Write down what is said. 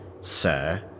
sir